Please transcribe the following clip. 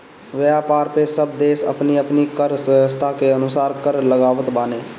व्यापार पअ सब देस अपनी अपनी कर व्यवस्था के अनुसार कर लगावत बाने